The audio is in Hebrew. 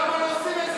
למה לא עושים את זה?